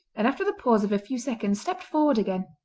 and after the pause of a few seconds stepped forward again,